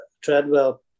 Treadwell